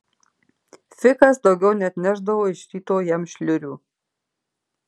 fikas daugiau neatnešdavo iš ryto jam šliurių